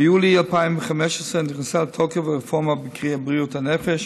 ביולי 2015 נכנסה לתוקף הרפורמה בבריאות הנפש,